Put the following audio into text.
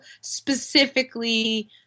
specifically